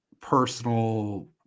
personal